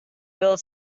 build